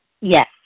Yes